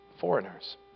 foreigners